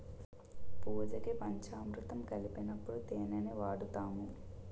పూజకి పంచామురుతం కలిపినప్పుడు తేనిని వాడుతాము